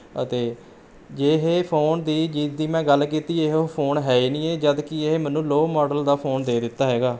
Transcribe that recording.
ਅਤੇ ਜੇ ਇਹ ਫ਼ੋਨ ਦੀ ਜਿਸਦੀ ਮੈਂ ਗੱਲ ਕੀਤੀ ਇਹ ਉਹ ਫ਼ੋਨ ਹੈ ਹੀ ਨਹੀਂ ਇਹ ਜਦ ਕਿ ਇਹ ਮੈਨੂੰ ਲੋਅ ਮਾਡਲ ਦਾ ਫ਼ੋਨ ਦੇ ਦਿੱਤਾ ਹੈਗਾ